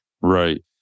Right